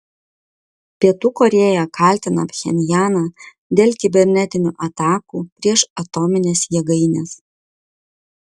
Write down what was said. pietų korėja kaltina pchenjaną dėl kibernetinių atakų prieš atomines jėgaines